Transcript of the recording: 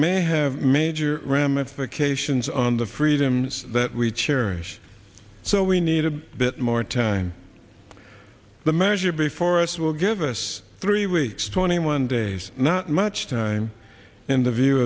may have major ramifications on the freedoms that we cherish so we need a bit more time the measure before us will give us three weeks twenty one days not much time in the view